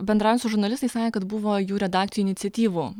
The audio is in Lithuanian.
bendraujant su žurnalistais sakė kad buvo jų redakcijų iniciatyvų